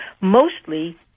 Mostly